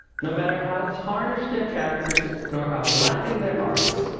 no matter how tarnished their characters, nor how blackened their hearts,